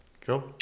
Cool